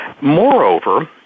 Moreover